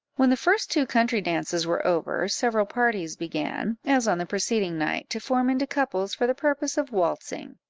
when the first two country-dances were over, several parties began, as on the preceding night, to form into couples for the purpose of waltzing,